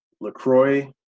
LaCroix